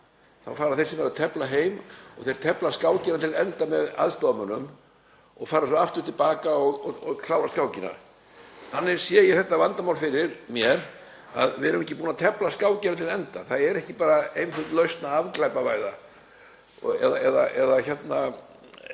þá fara þeir sem eru að tefla heim og tefla skákina til enda með aðstoðarmönnum og fara svo aftur til baka og klára skákina. Þannig sé ég þetta vandamál fyrir mér, við erum ekki búin að tefla skákina til enda. Það er ekki bara einföld lausn að afglæpavæða eða bjóða